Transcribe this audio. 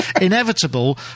inevitable